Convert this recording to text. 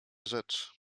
rzecz